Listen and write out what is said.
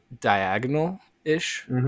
diagonal-ish